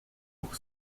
pour